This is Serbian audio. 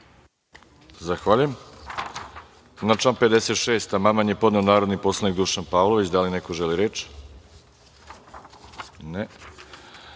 Zahvaljujem. Na član 56. amandman je podneo narodni poslanik Dušan Pavlović. Da li neko želi reč?